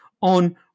on